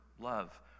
love